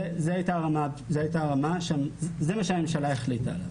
זה מה שהממשלה החליטה עליו.